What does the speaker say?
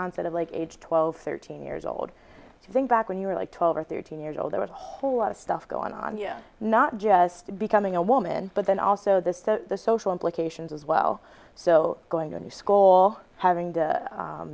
onset of like age twelve thirteen years old i think back when you were like twelve or thirteen years old there was a whole lot of stuff going on you not just becoming a woman but then also the social implications as well so going on the scole having to